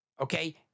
okay